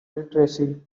literacy